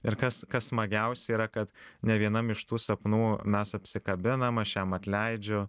ir kas kas smagiausia yra kad nė vienam iš tų sapnų mes apsikabinam aš jam atleidžiu